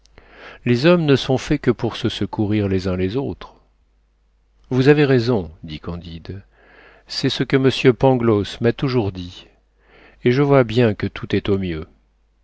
les hommes ne sont faits que pour se secourir les uns les autres vous avez raison dit candide c'est ce que m pangloss m'a toujours dit et je vois bien que tout est au mieux